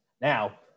Now